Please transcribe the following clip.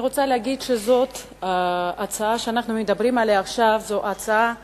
אני רוצה להגיד שההצעה שאנחנו מדברים עליה עכשיו היא הצעה ממשלתית,